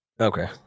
okay